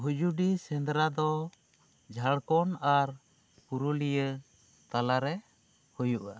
ᱵᱷᱩᱡᱩᱰᱤ ᱥᱮᱸᱫᱽᱨᱟ ᱫᱚ ᱡᱷᱟᱲᱠᱷᱚᱸᱰ ᱟᱨ ᱯᱩᱨᱩᱞᱤᱭᱟᱹ ᱛᱟᱞᱟᱨᱮ ᱦᱩᱭᱩᱜᱼᱟ